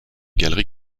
galeries